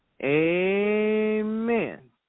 Amen